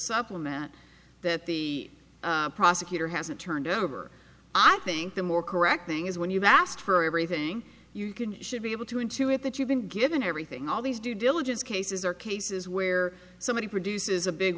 supplement that the prosecutor hasn't turned over i think the more correct thing is when you've asked for everything you can should be able to intuit that you've been given everything all these due diligence cases are cases where somebody produces a big